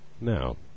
Now